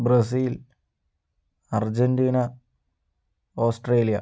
Brasil Argentina Australia